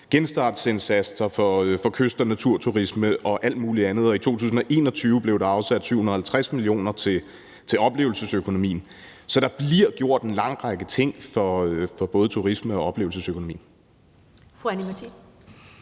genstartsindsatser for kyst- og naturturisme og alt mulig andet. Og i 2021 blev der afsat 750 mio. kr. til oplevelsesøkonomien. Så der bliver gjort en lang række ting for både turisme- og oplevelsesøkonomi.